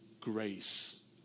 grace